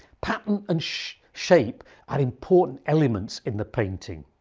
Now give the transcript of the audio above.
patterns and shape shape are important elements in the painting.